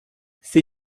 ces